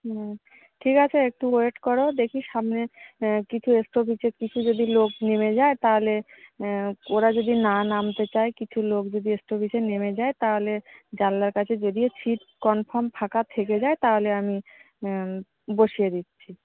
হুম ঠিক আছে একটু ওয়েট করো দেখি সামনে কিছু স্টপেজে কিছু যদি লোক নেমে যায় তাহলে ওরা যদি না নামতে চায় কিছু লোক যদি স্টপেজে নেমে যায় তাহলে জানলার কাছে যদিও সীট কনফার্ম ফাঁকা থেকে যায় তাহলে আমি বসিয়ে দিচ্ছি